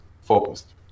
focused